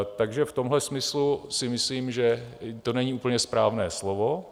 Takže v tomhle smyslu si myslím, že to není úplně správné slovo.